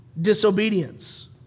disobedience